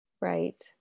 right